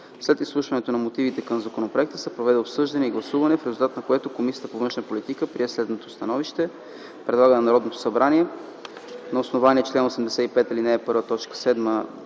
След изслушване мотивите по законопроекта се проведе обсъждане и гласуване, в резултат на което Комисията по външна политика и отбрана прие следното становище: Предлага на Народното събрание на основание чл. 85, ал. 1, т.